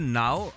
now